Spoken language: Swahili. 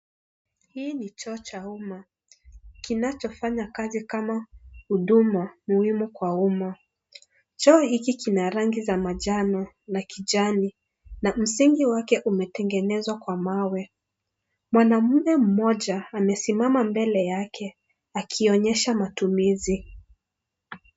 Hii ni choo cha umma kinachofanya kazi kama huduma muhimu kwa umma, choo hiki kina rangi za manjano na kijani na msingi wake umetengenezwa kwa mawe, mwanamume mmoja amesimama mbele yake, akionyesha matumizi.